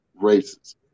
races